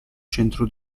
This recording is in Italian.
centro